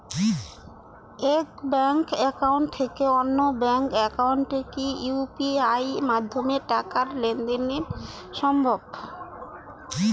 এক bank account থেকে অন্য ব্যাংক একাউন্টে কি ইউ.পি.আই মাধ্যমে টাকার লেনদেন দেন সম্ভব?